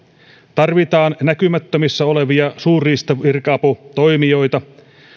tarvitaan näkymättömissä olevia suurriistavirka aputoimijoita